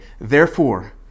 Therefore